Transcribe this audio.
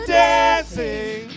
dancing